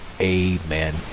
Amen